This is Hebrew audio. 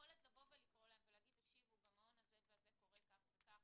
היכולת לקרוא להם ולהגיד תקשיבו, קורה כך וכך,